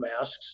masks